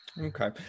Okay